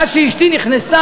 מאז שאשתי נכנסה,